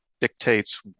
dictates